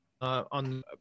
on